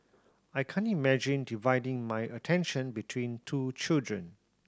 I can't imagine dividing my attention between two children